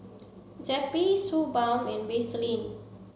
Zappy Suu Balm and Vaselin